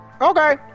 Okay